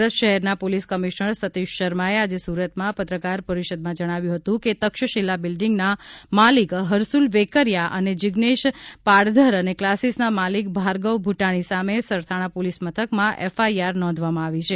સુરત શહેરના police commissioner Satish શર્માએ આજે સુરતમાં પત્રકાર પરિષદમાં જણાવ્યું હતું કે તક્ષશીલા બિલ્ડિંગના માલિક હરસુલ વેકરીયા અને જીગ્નેશ પાડધર અને કલાસીસના માલિક ભાર્ગવ ભુટાણીની સામે સરથાણા પોલીસ મથકમાં એફઆઈઆર નોંધવામાં આવી છે